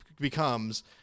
becomes